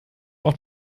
man